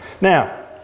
Now